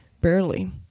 Barely